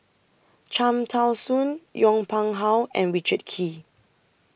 Cham Tao Soon Yong Pung How and Richard Kee